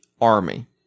army